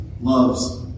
loves